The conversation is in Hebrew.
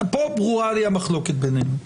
פה ברורה לי המחלוקת בינינו.